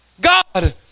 God